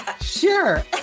Sure